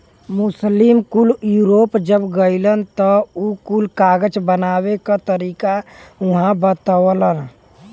मुस्लिम कुल यूरोप जब गइलन त उ कुल कागज बनावे क तरीका उहाँ बतवलन